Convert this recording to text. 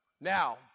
now